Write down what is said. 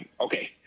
okay